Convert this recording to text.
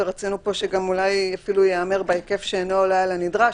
ורצינו פה שגם אולי אפילו ייאמר בהיקף שאינו עולה על הנדרש,